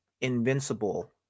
Invincible